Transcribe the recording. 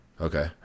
Okay